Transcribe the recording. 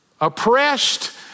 oppressed